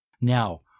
Now